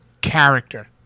character